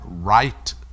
right